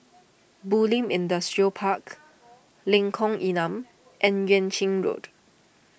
Bulim Industrial Park Lengkong Enam and Yuan Ching Road